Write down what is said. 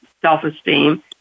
self-esteem